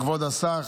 כבוד השר,